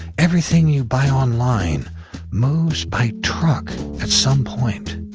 everything you buy online moves by truck at some point.